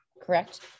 correct